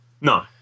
No